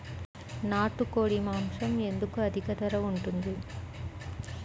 నాకు కోడి మాసం ఎందుకు అధిక ధర ఉంటుంది?